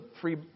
free